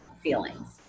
feelings